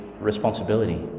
responsibility